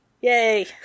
yay